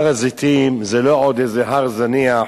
הר-הזיתים זה לא עוד איזה הר זניח.